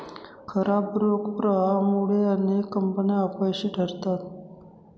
खराब रोख प्रवाहामुळे अनेक कंपन्या अपयशी ठरतात